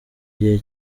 gihe